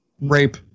rape